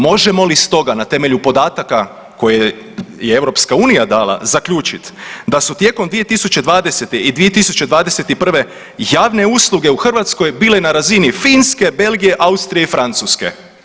Možemo li s toga, na temelju podataka koje je EU dala zaključit da su tijekom 2020. i 2021. javne usluge u Hrvatskoj bile na razini Finske, Belgije, Austrije i Francuske.